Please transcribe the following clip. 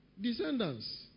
Descendants